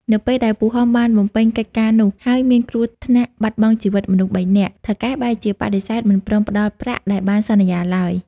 នៅពេលដែលពូហំបានបំពេញកិច្ចការនោះ ហើយមានគ្រោះថ្នាក់បាត់បង់ជីវិតមនុស្សបីនាក់ ថៅកែបែរជាបដិសេធមិនព្រមផ្តល់ប្រាក់ដែលបានសន្យាឡើយ។